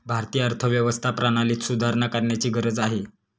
भारतीय अर्थव्यवस्था प्रणालीत सुधारणा करण्याची गरज आहे